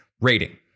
rating